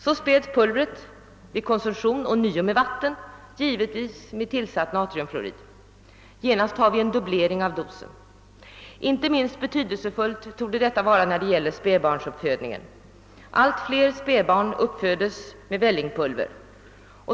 Så späds pulvret vid konsumtion ånyo med vatten — givetvis med tillsatt natriumfluorid. Genast har vi en dubblering av dosen. Inte minst betydelsefullt torde detta vara när det gäller spädbarnsuppfödningen. Allt fler spädbarn uppfödes med vällingpulver.